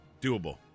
Doable